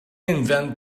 invent